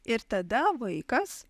ir tada vaikas